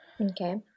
okay